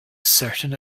certain